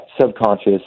subconscious